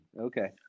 Okay